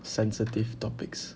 sensitive topics